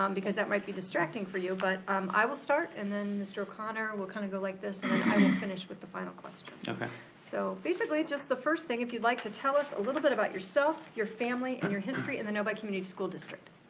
um because that might be distracting for you. but um i will start and then mr. o'connor, we'll kinda go like this and then i will finish with the final question. so, basically, just the first thing. if you'd like to tell us a little bit about yourself, your family and your history in the novi community school district.